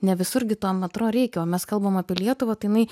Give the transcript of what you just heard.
ne visur gi to metro reikia o mes kalbam apie lietuvą tai jinai